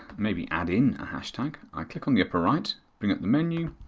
maybe add in a hashtag, i click on the upper right, bring up the menu,